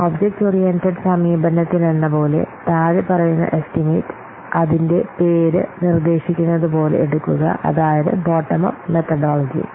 object oriented സമീപനത്തിലെന്നപോലെ താഴെ പറയുന്ന എസ്റ്റിമേറ്റ് അതിന്റെ പേര് നിർദ്ദേശിക്കുന്നതുപോലെ എടുക്കുക അതായത് ബോട്ടം അപ്പ് മെതടോലാജി